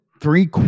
three